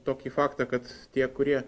tokį faktą kad tie kurie